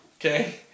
Okay